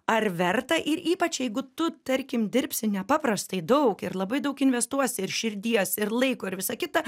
ar verta ir ypač jeigu tu tarkim dirbsi nepaprastai daug ir labai daug investuosi ir širdies ir laiko ir visa kita